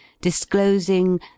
disclosing